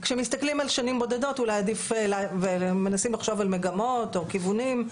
כשמסתכלים על שנים בודדות אולי עדיף ומנסים לחשוב על מגמות וכיוונים,